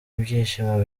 ibyishimo